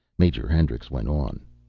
major hendricks went on.